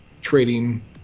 trading